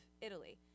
Italy